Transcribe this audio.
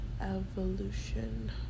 evolution